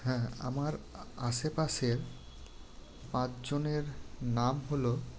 হ্যাঁ আমার আশেপাশের পাঁচজনের নাম হলো